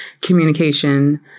communication